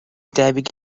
debyg